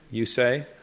you say?